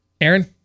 Aaron